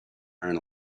earn